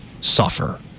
suffer